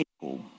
people